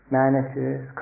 managers